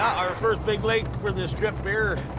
our first big lake for this trip here.